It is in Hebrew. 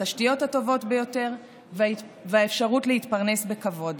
התשתיות הטובות ביותר ואת האפשרות להתפרנס בכבוד.